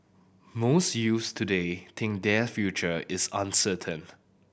most youths today think their future is uncertain